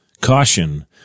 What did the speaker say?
Caution